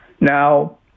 Now